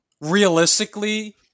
realistically